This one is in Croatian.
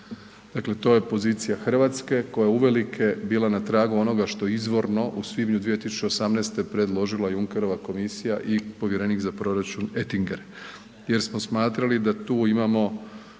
dakle to je pozicija RH koja je uvelike bila na tragu onoga što je izvorno u svibnju 2018. predložila Junkerova komisija i Povjerenik za proračun Etinger jer smo smatrali da tu imamo